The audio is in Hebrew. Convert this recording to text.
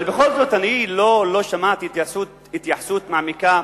אבל בכל זאת אני לא שמעתי התייחסות מעמיקה,